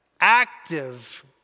active